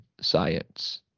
science